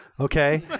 Okay